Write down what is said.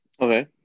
okay